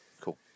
cool